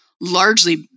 largely